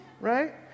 right